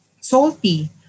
salty